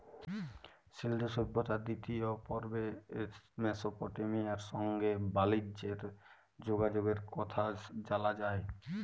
সিল্ধু সভ্যতার দিতিয় পর্বে মেসপটেমিয়ার সংগে বালিজ্যের যগাযগের কথা জালা যায়